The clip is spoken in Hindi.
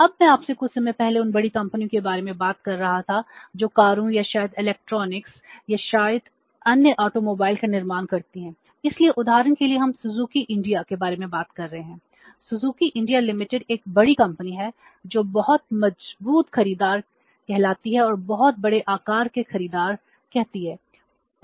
अब मैं आपसे कुछ समय पहले उन बड़ी कंपनियों के बारे में बात कर रहा था जो कारों या शायद इलेक्ट्रॉनिक्स एक बड़ी कंपनी है जो बहुत मजबूत खरीदार कहती है और बहुत बड़े आकार के खरीदार कहती है